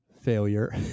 failure